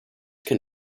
can